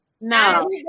No